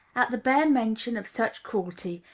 at the bare mention of such cruelty,